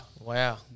Wow